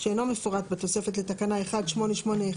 שאינו מפורט בתוספת לתקנה 1881/2006,